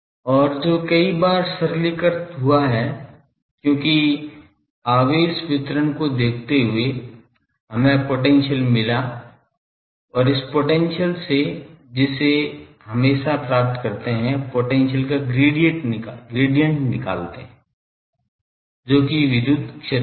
और जो कई बार सरलीकृत हुआ है क्योंकि आवेश वितरण को देखते हुए हमें पोटेंशियल मिला और इस पोटेंशियल से जिसे हमेशा प्राप्त करते हैं पोटेंशियल का ग्रेडियंट निकालते हैं जो कि विद्युत क्षेत्र है